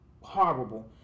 horrible